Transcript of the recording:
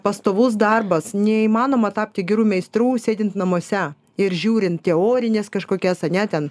pastovus darbas neįmanoma tapti geru meistru sėdint namuose ir žiūrint teorines kažkokias ane ten